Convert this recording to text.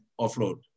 offload